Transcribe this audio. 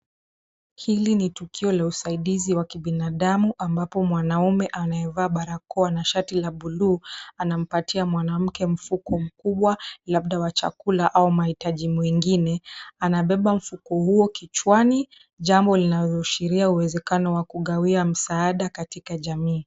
Hili ni tukio la usaidizi wa kibinadamu ambapo mwanaume anayevaa barakoa na shati la bluu anampatia mwanamke mfuko mkubwa labda wa chakula au maitaji mengine. Anabeba mfuko huo kichwani jambo linaloaahiria uwezekano wa kugawia msaada katika jamii.